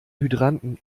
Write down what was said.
hydranten